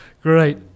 Great